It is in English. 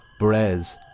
Brez